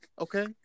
Okay